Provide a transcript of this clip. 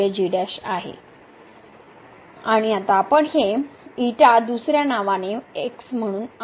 आणि आता आपण हे दुसर्या नावाने x म्हणून आहे